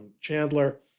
Chandler